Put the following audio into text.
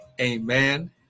amen